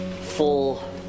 full